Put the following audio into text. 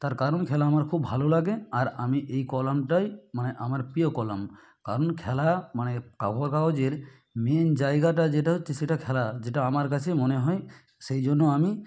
তার কারণ খেলা আমার খুব ভালো লাগে আর আমি এই কলমটাই মানে আমার প্রিয় কলাম কারণ খেলা মানে খবর কাগজের মেন জায়গাটা যেটা হচ্ছে সেটা খেলার যেটা আমার কাছে মনে হয় সেই জন্য আমি